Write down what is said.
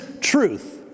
truth